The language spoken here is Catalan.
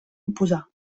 imposar